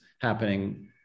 happening